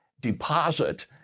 deposit